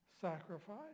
sacrifice